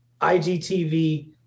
IGTV